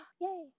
Yay